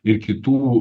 ir kitų